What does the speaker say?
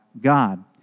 God